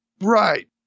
Right